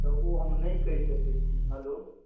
तऽ ओ हम नहि कहि सकै छी हेलो